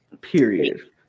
Period